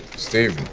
steve,